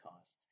costs